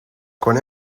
con